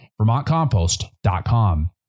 VermontCompost.com